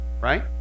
right